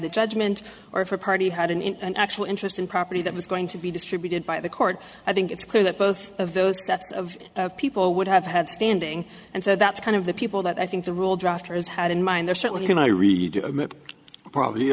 the judgment or for party had an in an actual interest in property that was going to be distributed by the court i think it's clear that both of those deaths of people would have had standing and so that's kind of the people that i think the rule drafters had in mind there certainly my readers probably